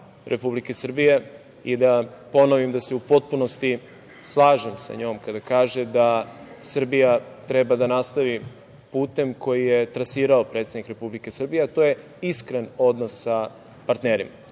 Republike Srbije i da ponovim da se u potpunosti slažem sa njom kada kaže da Srbija treba da nastavi putem koji je trasirao predsednik Republike Srbije, a to je iskren odnos sa partnerima. Druga